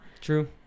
True